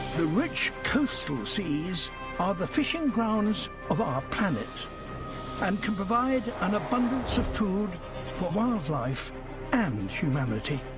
the rich coastal seas are the fishing grounds of our planet and can provide an abundance of food for wildlife and humanity.